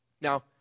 Now